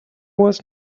was